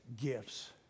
gifts